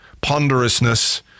ponderousness